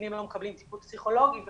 שקטינים לא מקבלים טיפול פסיכולוגי וכו'.